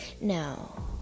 no